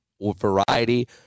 variety